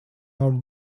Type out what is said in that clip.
out